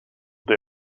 they